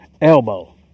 elbow